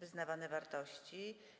wyznawane wartości.